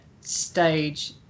stage